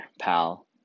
pal